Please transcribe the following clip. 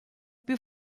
più